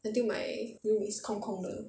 until my room is 空空的